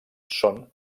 són